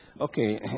okay